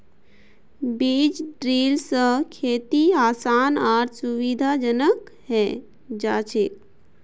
बीज ड्रिल स खेती आसान आर सुविधाजनक हैं जाछेक